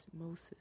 Moses